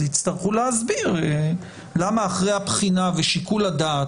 אז יצטרכו להסביר למה אחרי הבחינה ושיקול הדעת,